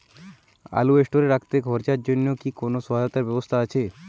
আলু স্টোরে রাখতে খরচার জন্যকি কোন সহায়তার ব্যবস্থা আছে?